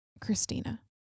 Christina